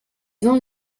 vend